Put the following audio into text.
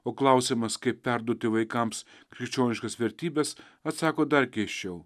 o klausiamas kaip perduoti vaikams krikščioniškas vertybes atsako dar keisčiau